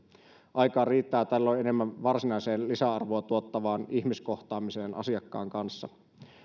aikaa riittää tällöin enemmän varsinaiseen lisäarvoa tuottavaan ihmiskohtaamiseen asiakkaan kanssa